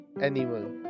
animal